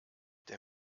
der